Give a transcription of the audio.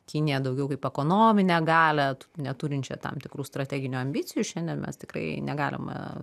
kiniją daugiau kaip ekonominę galią neturinčią tam tikrų strateginių ambicijų šiandien mes tikrai negalim